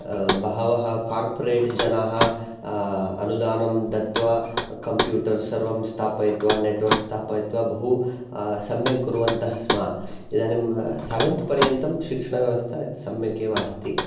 बहवः कार्परेट् जनाः अनुदानं दत्वा कम्प्यूटर् सर्वं स्थापयित्वा नेट्वर्क् स्थापयित्वा बहु सम्यक् कुर्वन्तः स्मः इदानीं सेवेन्थ् पर्यन्तं शिक्षणव्यवस्था सम्यक् एव अस्ति